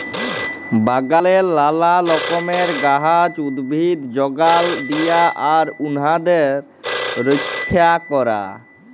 বাগালে লালা রকমের গাহাচ, উদ্ভিদ যগাল দিয়া আর উনাদের রইক্ষা ক্যরা